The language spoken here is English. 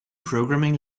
programming